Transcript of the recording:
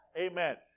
Amen